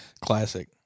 Classic